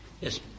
Yes